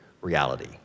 reality